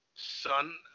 Son